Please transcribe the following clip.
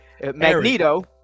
magneto